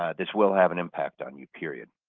ah this will have an impact on you, period.